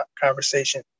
conversation